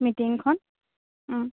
মিটিংখন